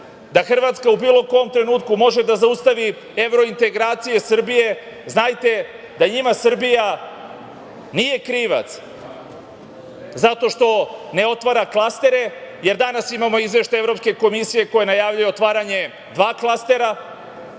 da Hrvatska u bilo kom trenutku može da zaustavi evrointegracije Srbije, znajte da njima Srbija nije krivac zato što ne otvara klastere, jer danas imamo Izveštaj Evropske komisije koja najavljuje otvaranje dva klastera,